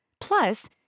Plus